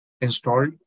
installed